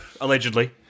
allegedly